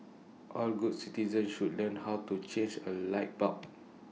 all good citizens should learn how to change A light bulb